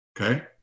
Okay